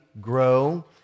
grow